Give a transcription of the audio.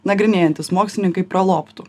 nagrinėjantys mokslininkai pralobtų